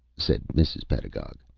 said mrs. pedagog.